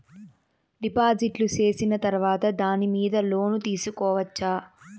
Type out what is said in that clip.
డిపాజిట్లు సేసిన తర్వాత దాని మీద లోను తీసుకోవచ్చా?